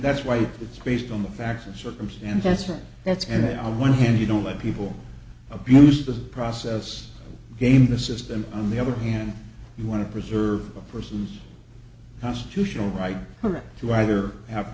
that's why it's based on the facts and circumstances that's and they are one hand you don't let people abuse the process game the system on the other hand you want to preserve a person's constitutional right to either have